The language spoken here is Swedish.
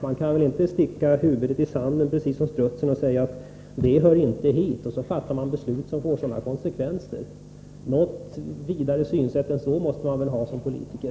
Man kan inte sticka huvudet i sanden precis som strutsen och säga att denna fråga inte hör hit och fatta beslut som får sådana konsekvenser. Ett något vidare synsätt än så måste man ha som politiker.